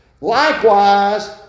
Likewise